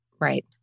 Right